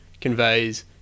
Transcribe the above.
conveys